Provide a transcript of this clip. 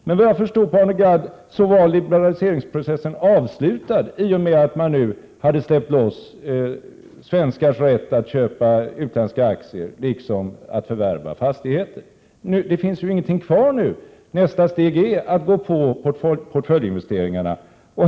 Men om jag förstod Arne Gadd rätt, var liberaliseringsprocessen avslutad i och med att man nu har släppt loss svenskars rätt att köpa utländska aktier liksom att förvärva fastigheter. Då finns det ju ingenting kvar nu, utan nästa steg är att gå på portföljinvesteringarna.